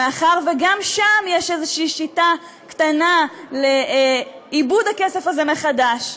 מאחר שגם שם יש איזושהי שיטה קטנה לעיבוד הכסף הזה מחדש: